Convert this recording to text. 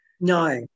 No